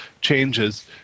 changes